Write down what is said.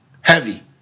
heavy